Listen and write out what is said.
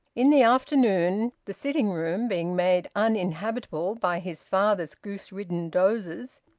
in the afternoon, the sitting-room being made uninhabitable by his father's goose-ridden dozes,